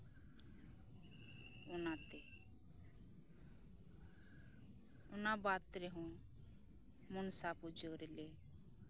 ᱚᱱᱟᱛᱮ ᱚᱱᱟ ᱵᱟᱫᱽ ᱨᱮᱦᱚᱸ ᱢᱚᱱᱥᱟ ᱯᱩᱡᱟᱹ ᱨᱮᱞᱮ